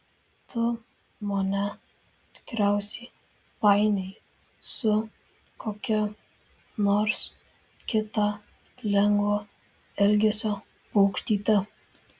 tu mane tikriausiai painioji su kokia nors kita lengvo elgesio paukštyte